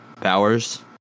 powers